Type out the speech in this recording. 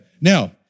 Now